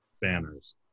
banners